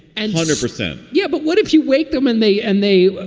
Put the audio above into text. and hundred percent. yeah. but what if you wake them and they and they,